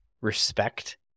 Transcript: respect